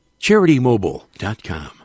CharityMobile.com